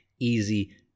easy